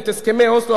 את הסכמי אוסלו,